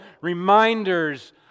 reminders